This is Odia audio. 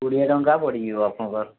କୋଡ଼ିଏ ଟଙ୍କା ପଡ଼ିଯିବ ଆପଣଙ୍କର